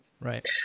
Right